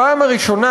הפעם הראשונה,